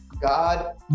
God